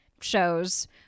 shows